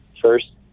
First